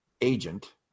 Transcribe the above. agent